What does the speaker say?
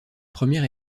première